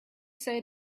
say